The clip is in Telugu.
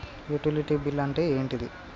యుటిలిటీ బిల్ అంటే ఏంటిది?